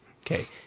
Okay